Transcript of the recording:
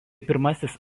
pirmasis